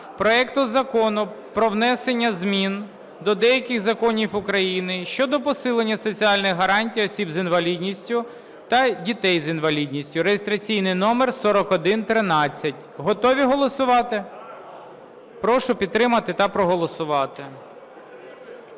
проекту Закону про внесення змін до деяких законів України щодо посилення соціальних гарантій осіб з інвалідністю та дітей з інвалідністю (реєстраційний номер 4113). Готові голосувати? Прошу підтримати та проголосувати.